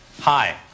Hi